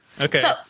Okay